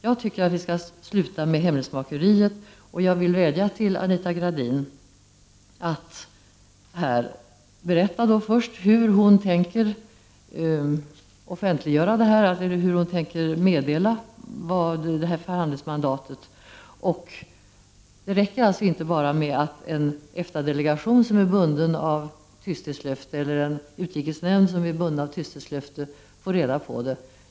Jag tycker att vi skall sluta med hemlighetsmakeriet, och jag vill vädja till Anita Gradin att här berätta hur hon tänker offentliggöra detta och vad förhandlingsmandatet innebär. Det räcker inte med att EFTA-delegationen eller utrikesnämnden, som är bundna av tystnadsplikt, får reda på det.